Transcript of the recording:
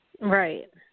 Right